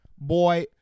boy